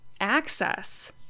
access